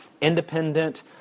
independent